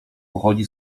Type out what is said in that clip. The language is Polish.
pochodzi